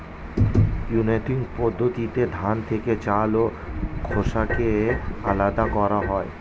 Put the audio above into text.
winnowing পদ্ধতিতে ধান থেকে চাল ও খোসাকে আলাদা করা হয়